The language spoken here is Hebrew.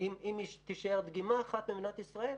אם תישאר דגימה אחת במדינת ישראל,